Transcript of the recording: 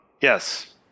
Yes